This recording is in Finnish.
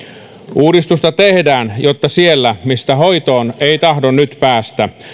uudistusta tehdään jotta siellä mistä hoitoon ei tahdo nyt päästä